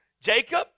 Jacob